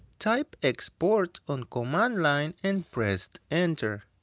type export on command line and press enter.